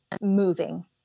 moving